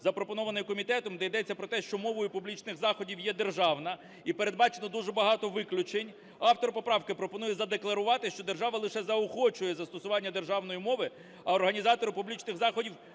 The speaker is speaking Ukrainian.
запропонованої комітетом, де йдеться про те, що мовою публічних заходів є державна, і передбачено дуже багато виключень, автор поправки пропонує задекларувати, що держава лише заохочує застосування державної мови, а організатори публічних заходів